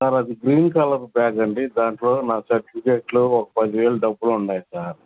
sir అది green colour bag అండి దాంట్లో నా సర్టిఫికెట్లు ఒక పది వేలు డబ్బులు ఉన్నాయి సార్